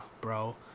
bro